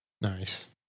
Nice